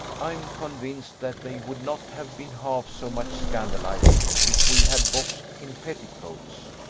i am convinced that they would not have been half so much scandalized if we had boxed in petticoats.